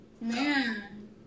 Man